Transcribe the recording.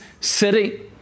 city